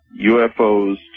UFOs